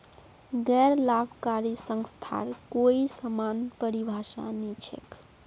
गैर लाभकारी संस्थार कोई समान परिभाषा नी छेक